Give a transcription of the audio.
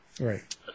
Right